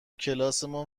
کلاسمون